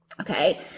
Okay